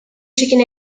chicken